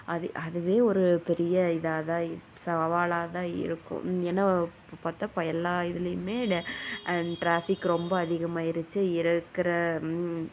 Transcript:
அது அதுவே ஒரு பெரிய இதாக தான் சவாலாக தான் இருக்கும் ஏன்னா இப்போ பார்த்தா எல்லா இதுலேயுமே ட்ராஃபிக் ரொம்ப அதிகமாயிடுச்சி இருக்கிற